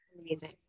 Amazing